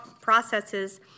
processes